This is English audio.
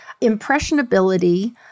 impressionability